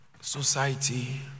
society